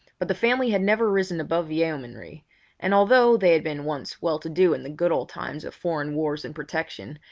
but the family had never risen above yeomanry and although they had been once well-to-do in the good old times of foreign wars and protection,